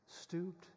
stooped